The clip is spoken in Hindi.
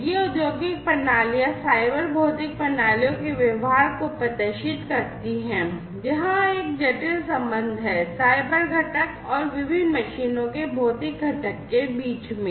ये औद्योगिक प्रणालियां साइबर भौतिक प्रणालियों के व्यवहार को प्रदर्शित करती हैं जहां एक जटिल संबंध है साइबर घटक और विभिन्न मशीनों के भौतिक घटक के बीच मे